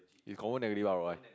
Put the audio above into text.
you confirm negative R_O_I